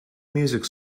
music